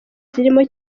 zirimo